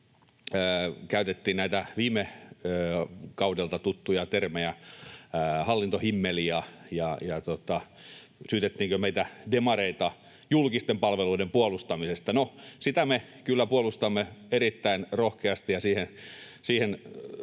käytettiin näitä viime kaudelta tuttuja termejä, kuten hallintohimmeliä, ja syytettiinkö meitä demareita julkisten palveluiden puolustamisesta? No, niitä me kyllä puolustamme erittäin rohkeasti, ja sen